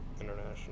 international